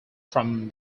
from